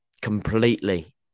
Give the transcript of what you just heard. completely